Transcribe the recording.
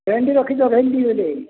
ଭେଣ୍ଡି ରଖିଛ ଭେଣ୍ଡି କେତେ